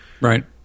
Right